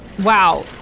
Wow